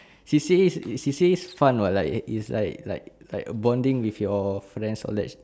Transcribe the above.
she say is she say is fun [what] like is is like like like a bonding with your friend